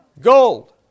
Gold